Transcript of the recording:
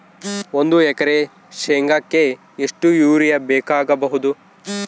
ಒಂದು ಎಕರೆ ಶೆಂಗಕ್ಕೆ ಎಷ್ಟು ಯೂರಿಯಾ ಬೇಕಾಗಬಹುದು?